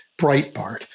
Breitbart